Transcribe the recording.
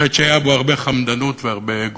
חטא שהיו בו הרבה חמדנות והרבה אגו.